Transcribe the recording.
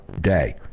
day